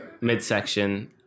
midsection